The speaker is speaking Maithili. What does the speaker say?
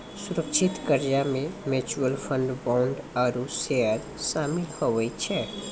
सुरक्षित कर्जा मे म्यूच्यूअल फंड, बोंड आरू सेयर सामिल हुवै छै